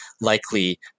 likely